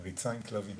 ריצה של ילדים עם כלבים.